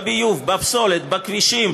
בביוב, בפסולת, בכבישים.